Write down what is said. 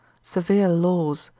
severe laws,